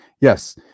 Yes